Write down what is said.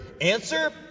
Answer